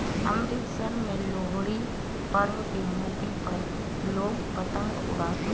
अमृतसर में लोहड़ी पर्व के मौके पर लोग पतंग उड़ाते है